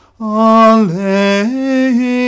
Alleluia